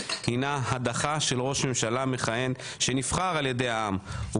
הינה הדחה של ראש ממשלה מכהן שנבחר על ידי העם והוא